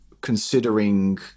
considering